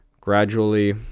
gradually